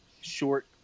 short